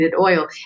oil